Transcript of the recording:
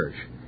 church